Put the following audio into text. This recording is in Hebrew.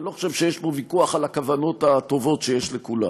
אני לא חושב שיש פה ויכוח על הכוונות הטובות שיש לכולם.